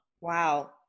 Wow